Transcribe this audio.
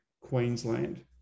Queensland